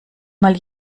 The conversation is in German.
mal